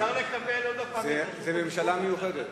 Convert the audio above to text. אפשר לקבל עוד פעם, זאת ממשלה מיוחדת.